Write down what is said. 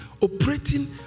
operating